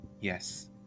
Yes